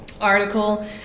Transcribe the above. article